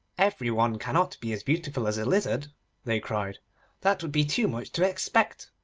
every one cannot be as beautiful as a lizard they cried that would be too much to expect.